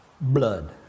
blood